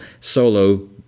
Solo